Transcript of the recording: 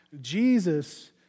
Jesus